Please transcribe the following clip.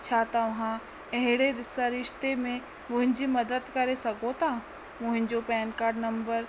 छा तव्हां अहिड़े सरिश्ते में मुंहिंजी मदद करे सघो था मुंहिंजो पैन कार्ड नम्बर